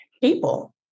people